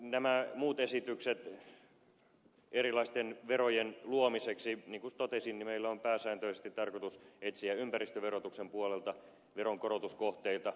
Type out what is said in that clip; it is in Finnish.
nämä muut esitykset erilaisten verojen luomiseksi niin kuin totesin niin meillä on pääsääntöisesti tarkoitus etsiä ympäristöverotuksen puolelta veronkorotuskohteita